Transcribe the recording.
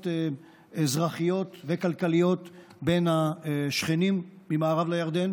אזרחיות וכלכליות בין השכנים ממערב לירדן,